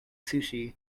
sushi